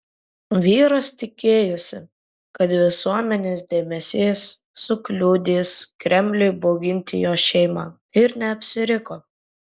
vyras tikėjosi kad visuomenės dėmesys sukliudys kremliui bauginti jo šeimą ir neapsiriko